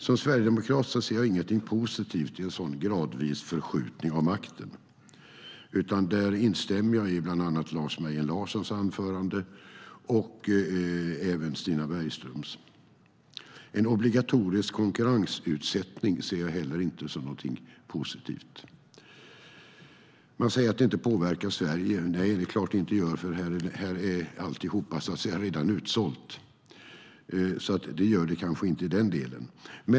Som sverigedemokrat ser jag ingenting positivt i en sådan gradvis förskjutning av makten, utan där instämmer jag i bland annat Lars Mejern Larssons och även Stina Bergströms anförande. En obligatorisk konkurrensutsättning ser jag inte heller som någonting positivt. Man säger att det inte påverkar Sverige. Nej, det är klart att det inte gör, för här är alltihop redan utsålt. Det gör det alltså kanske inte i den delen.